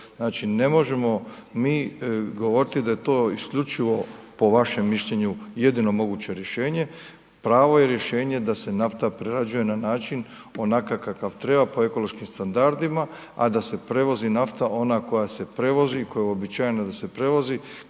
Znači, ne možemo mi govoriti da je to isključivo po vašem mišljenju jedino moguće rješenje, pravo je rješenje da se nafta prerađuje na način onakav kakav treba, po ekološkim standardima, a da se prevozi nafta ona koja se prevozi, koja je uobičajena da se prevozi,